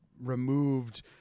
removed